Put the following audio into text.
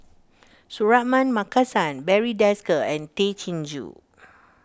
Suratman Markasan Barry Desker and Tay Chin Joo